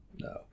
no